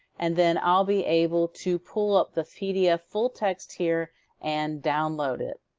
and then i'll be able to pull up the pdf full-text here and download it.